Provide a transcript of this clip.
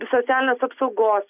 socialinės apsaugos